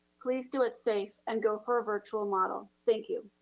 please do it safe and go for a virtual model. thank you.